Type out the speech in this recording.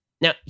Now